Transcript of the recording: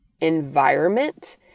environment